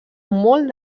molt